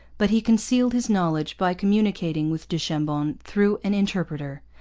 but he concealed his knowledge by communicating with du chambon through an interpreter.